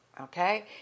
Okay